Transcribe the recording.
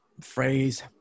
phrase